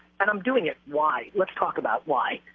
and i'm doing it. why? let's talk about why.